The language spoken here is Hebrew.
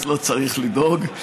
אז לא צריך לדאוג.